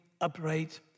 upright